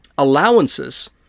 Allowances